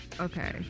Okay